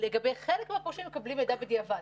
לגבי חלק מהפורשים, הם מקבלים מידע בדיעבד.